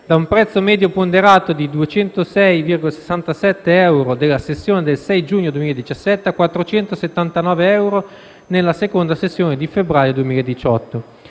da un prezzo medio ponderato di 206,67 euro della sessione del 6 giugno 2017 a 479 euro nella seconda sessione di febbraio 2018.